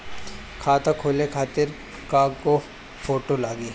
खाता खोले खातिर कय गो फोटो लागी?